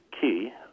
key